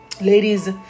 Ladies